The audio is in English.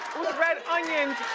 red onions.